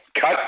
cut